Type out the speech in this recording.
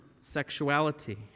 sexuality